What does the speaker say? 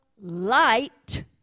light